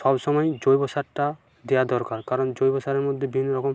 সবসময়ই জৈব সারটা দেওয়া দরকার কারণ জৈব সারের মধ্যে বিভিন্ন রকম